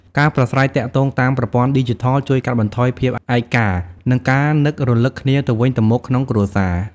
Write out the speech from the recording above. ការប្រាស្រ័យទាក់ទងតាមប្រព័ន្ធឌីជីថលជួយកាត់បន្ថយភាពឯកា និងការនឹករឭកគ្នាទៅវិញទៅមកក្នុងគ្រួសារ។